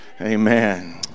Amen